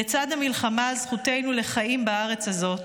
לצד המלחמה על זכותנו לחיים בארץ הזאת,